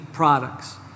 products